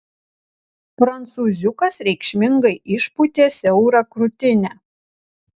prancūziukas reikšmingai išpūtė siaurą krūtinę